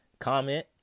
comment